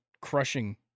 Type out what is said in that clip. crushing